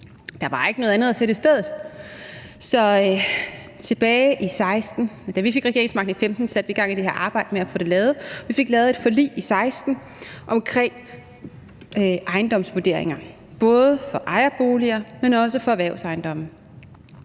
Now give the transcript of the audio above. Der var ikke noget andet at sætte i stedet. Da vi fik regeringsmagten i 2015 satte vi gang i det her arbejde med at få det lavet. Vi fik lavet et forlig i 2016 omkring ejendomsvurderinger, både for ejerboliger, men også for erhvervsejendomme.